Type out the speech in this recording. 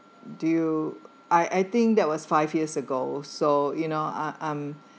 do you I I think that was five years ago so you know uh um